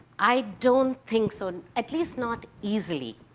i don't think so, at least not easily.